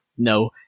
no